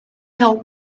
till